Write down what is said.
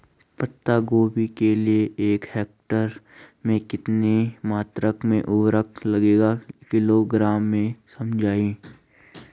पत्ता गोभी के लिए एक हेक्टेयर में कितनी मात्रा में उर्वरक लगेगा किलोग्राम में समझाइए?